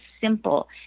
simple